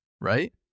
right